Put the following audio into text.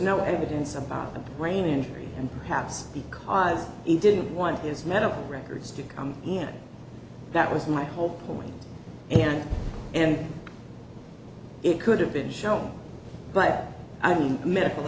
no evidence about brain injury and perhaps because he didn't want his medical records to come in that was my whole point and and it could have been shown by a i mean medical